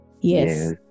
Yes